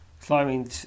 Climbing